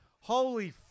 Holy